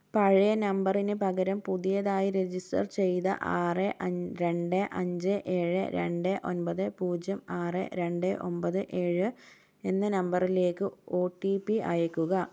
പഴയ നമ്പറിന് പകരം പുതിയതായി രജിസ്റ്റർ ചെയ്ത ആറ് അൻ രണ്ട് അഞ്ച് ഏഴ് രണ്ട് ഒമ്പത് പൂജ്യം ആറ് രണ്ട് ഒമ്പത് ഏഴ് എന്ന നമ്പറിലേക്ക് ഒ ടി പി അയയ്ക്കുക